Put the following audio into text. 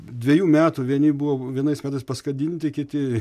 dvejų metų vieni buvo vienais metais paskandinti kiti